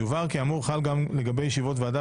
יובהר כי האמור חל גם לגבי ישיבות ועדה